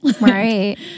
Right